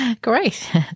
Great